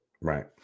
Right